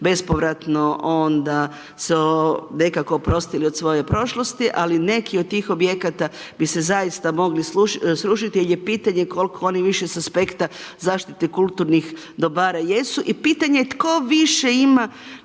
bespovratno onda se nekako oprostili od svoje prošlosti ali neki od tih objekata bi se zaista mogli srušiti jer je pitanje koliko oni više sa aspekta zaštite kulturnih dobara jesu i pitanje je tko više ima